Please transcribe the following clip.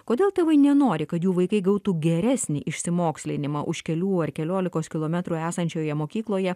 kodėl tėvai nenori kad jų vaikai gautų geresnį išsimokslinimą už kelių ar keliolikos kilometrų esančioje mokykloje